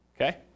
okay